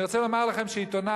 אני רוצה לומר לכם שעיתונאי